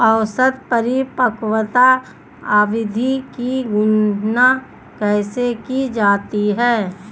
औसत परिपक्वता अवधि की गणना कैसे की जाती है?